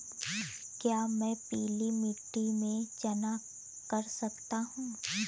क्या मैं पीली मिट्टी में चना कर सकता हूँ?